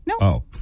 No